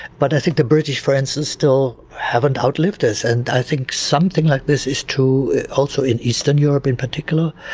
but i think the british, for instance, still haven't outlived this. and i think something like this is true also in eastern europe in particular.